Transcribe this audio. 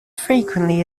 frequently